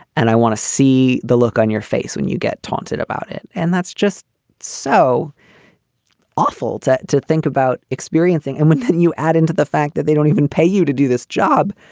and i want to see the look on your face when you get taunted about it. and that's just so awful to to think about experiencing. and when you add into the fact that they don't even pay you to do this job.